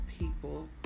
people